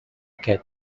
kit